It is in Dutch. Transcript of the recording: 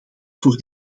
voor